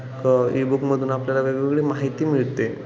क इबुकमधून आपल्याला वेगवेगळी माहिती मिळते